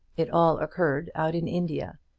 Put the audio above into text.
it all occurred out in india,